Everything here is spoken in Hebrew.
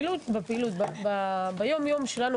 ביום-יום שלנו,